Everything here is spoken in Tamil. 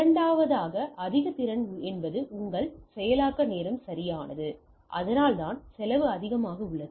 இரண்டாவதாக அதிக திறன் என்பது உங்கள் செயலாக்க நேரம் சரியானது அதனால்தான் செலவு அதிகமாக உள்ளது